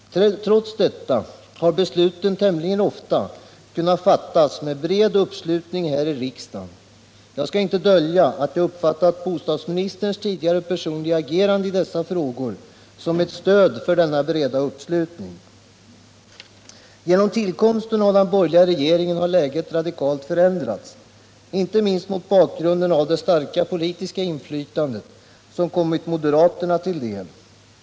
Trots detta har besluten tämligen ofta kunnat fattas med bred uppslutning här i riksdagen. Jag skall inte dölja att jag uppfattat bostadsministerns tidigare personliga agerande i dessa frågor som ett stöd för denna breda uppslutning. Genom tillkomsten av den borgerliga regeringen har läget radikalt för ändrats, inte minst mot bakgrunden av det starka politiska inflytande som kommit moderaterna till del.